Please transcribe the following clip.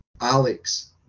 Alex